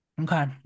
Okay